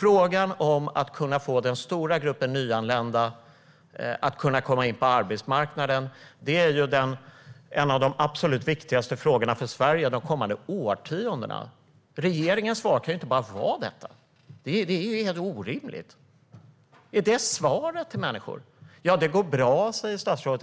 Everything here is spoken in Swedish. Det handlar om att kunna få in den stora gruppen nyanlända på arbetsmarknaden. Det är en av de absolut viktigaste frågorna för Sverige de kommande årtiondena. Regeringens svar kan inte bara vara detta. Det är helt orimligt. Är det svaret till människor? Ja, det går bra, säger statsrådet.